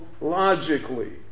logically